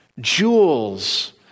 jewels